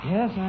Yes